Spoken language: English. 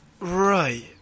Right